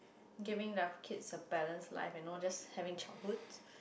giving their kids a balanced life and not just having childhood